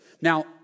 Now